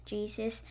Jesus